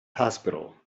hospital